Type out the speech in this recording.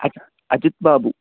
Aji Ajith Babu